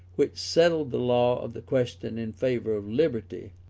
which settled the law of the question in favour of liberty,